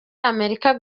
amerika